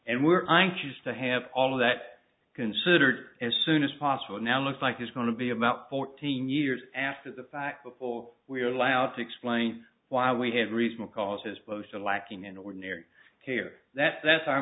and we're anxious to have all of that considered as soon as possible now looks like it's going to be about fourteen years after the fact before we are allowed to explain why we have reason to call his posts are lacking in ordinary care that that's our